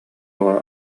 оҕо